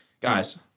Guys